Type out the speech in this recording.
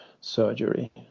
surgery